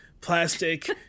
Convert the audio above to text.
plastic